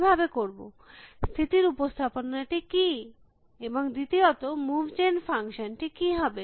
কিভাবে করব স্থিতির উপস্থাপনা টি কী এবং দ্বিতীয়ত মুভ জেন ফাংশন টি কী হবে